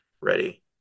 ready